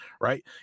right